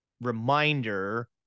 reminder